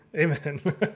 Amen